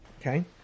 Okay